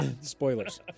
spoilers